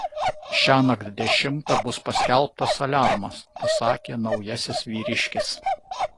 šiąnakt dešimtą bus paskelbtas aliarmas pasakė naujasis vyriškis